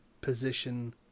position